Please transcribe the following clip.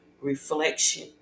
reflection